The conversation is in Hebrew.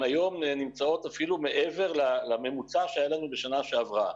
היום נמצאות אפילו מעבר לממוצע שהיה לנו בשנה שעברה.